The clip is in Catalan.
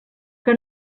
que